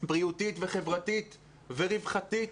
בריאותית וחברתית ורווחתית.